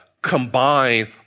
combine